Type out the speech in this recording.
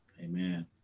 Amen